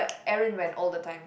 Aaron went all the time